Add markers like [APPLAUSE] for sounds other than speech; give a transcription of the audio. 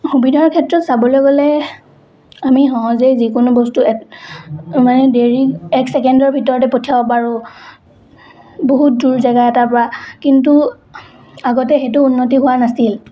সুবিধাৰ ক্ষেত্ৰত চাবলৈ গ'লে আমি সহজেই যিকোনো বস্তু [UNINTELLIGIBLE] মানে দেৰি এক ছেকেণ্ডৰ ভিতৰতে পঠিয়াব পাৰোঁ বহুত দূৰ জেগা এটাৰ পৰা কিন্তু আগতে সেইটো উন্নতি হোৱা নাছিল